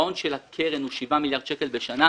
הפירעון של הקרן הוא שבעה מיליארד שקל בשנה,